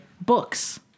books